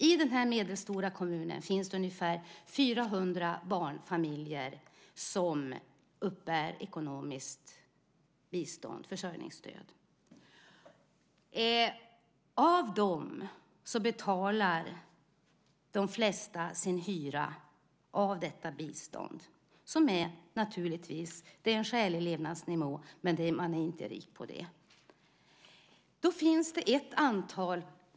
I den aktuella medelstora kommunen finns ungefär 400 barnfamiljer som uppbär ekonomiskt försörjningsstöd. Av dem betalar de flesta sin hyra med hjälp av detta bistånd, som naturligtvis ger en skälig levnadsnivå, men man blir inte rik på det.